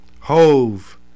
Hove